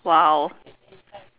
!wow!